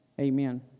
Amen